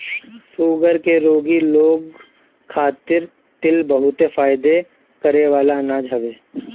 sugar के रोगी लोग खातिर तिल बहुते फायदा करेवाला अनाज हवे